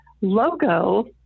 logo